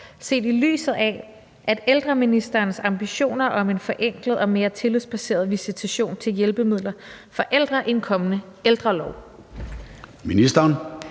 set i lyset af ældreministerens ambitioner om en forenklet og mere tillidsbaseret visitation til hjælpemidler for ældre i en kommende ældrelov? Kl.